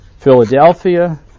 Philadelphia